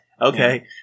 Okay